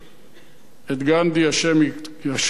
את גנדי, השם ייקום דמו.